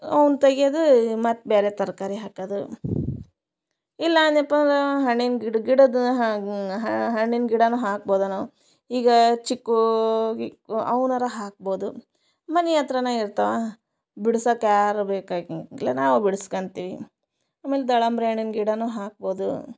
ಅವ್ನ ತೆಗಿಯೋದು ಮತ್ತು ಬೇರೆ ತರಕಾರಿ ಹಾಕೋದು ಇಲ್ಲ ಅಂದ್ನ್ಯಪ್ಪ ಅಂದ್ರೆ ಹಣ್ಣಿನ ಗಿಡ ಗಿಡದ ಹಾಂಗೆ ಹಣ್ಣಿನ ಗಿಡನೂ ಹಾಕ್ಬೋದು ನಾವು ಈಗ ಚಿಕ್ಕೂ ವ್ ಅವ್ನರೂ ಹಾಕ್ಬೋದು ಮನೆ ಹತ್ರನ ಇರ್ತಾವೆ ಬಿಡ್ಸಕ್ಕೆ ಯಾರೂ ಬೇಕಾಗಂಗಿಲ್ಲ ನಾವೇ ಬಿಡ್ಸ್ಕತಿವಿ ಆಮೇಲೆ ದಾಳಂಬ್ರಿ ಹಣ್ಣಿನ ಗಿಡನೂ ಹಾಕ್ಬೋದು